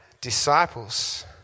disciples